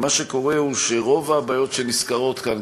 ומה שקורה הוא שרוב הבעיות שנסקרות כאן,